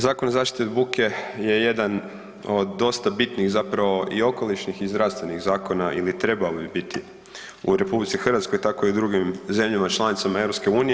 Zakon o zaštiti od buke je jedan od dosta bitnih zapravo i okolišnih i zdravstvenih zakona ili trebao bi biti u RH tako i u drugim zemljama članicama EU.